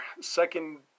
second